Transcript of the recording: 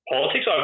Politics